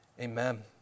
Amen